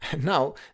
Now